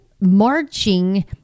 marching